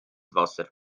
wasser